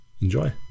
Enjoy